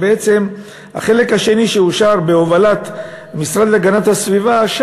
שהחלק השני שאושר בהובלת המשרד להגנת הסביבה,